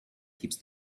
keeps